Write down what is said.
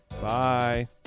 Bye